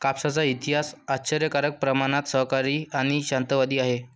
कापसाचा इतिहास आश्चर्यकारक प्रमाणात सहकारी आणि शांततावादी आहे